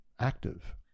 active